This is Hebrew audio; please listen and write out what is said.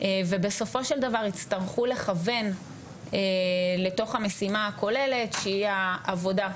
ובסופו של דבר יצטרכו לכוון לתוך המשימה הכוללת שהיא העבודה,